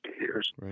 years